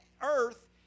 earth